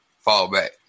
fall-back